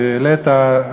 שהעלית,